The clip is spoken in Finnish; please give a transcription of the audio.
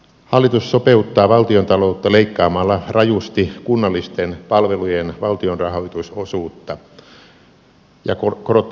hallitus sopeuttaa valtiontaloutta leikkaamalla rajusti kunnallisten palvelujen valtionrahoitusosuutta ja korottamalla kulutusveroja